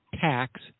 tax